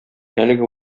әлеге